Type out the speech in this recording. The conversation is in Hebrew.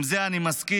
עם זה אני מסכים,